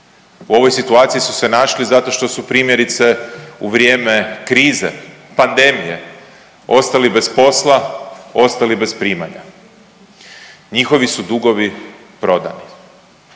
U ovoj situaciji su se našli zato što primjerice u vrijeme krize, pandemije ostali bez posla, ostali bez primanja. Njihovi su dugovi prodani.